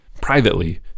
Privately